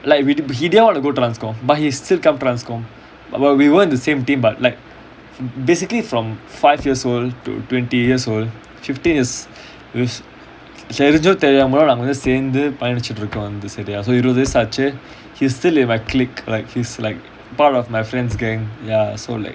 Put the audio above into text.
like we di~ he didn't want to go to transcom but he still come transcom well we weren't the same team but like basically from five years old to twenty years old fifteen is is சேர்ந்துபயணிச்சிட்ருக்கோம்:sernthu bayanichitrurukom so you know இருபதுவயசுஆச்சு:irubathu vayasu aachu he's still in my clique he's part of my friend's gang